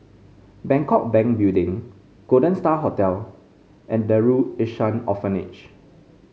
Bangkok Bank Building Golden Star Hotel and Darul Ihsan Orphanage